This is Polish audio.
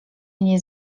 nie